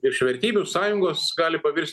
iš vertybių sąjungos gali pavirst